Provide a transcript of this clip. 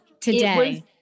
today